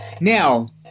Now